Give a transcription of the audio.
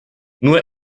nur